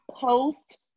post